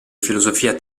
filosofia